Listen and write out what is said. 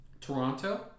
Toronto